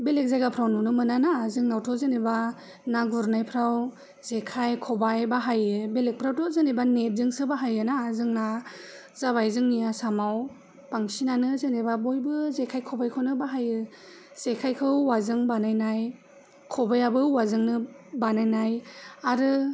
बेलेग जायगाफोराव नुनो मोनाना जोंनियावथ' जेनेबा ना गुरनायफोराव जेखाय खबाइ बाहायो बेलेगफ्रावथ' जेनेबा नेटजोंसो बाहायोना जोंना जाबाय जोंनि आसामाव बांसिनानो जेनेबा बयबो जेखाय खबाइखौनो बाहायो जेखायखौ औवाजों बानायनाय खबाइयाबो औवाजोंनो बानायनाय आरो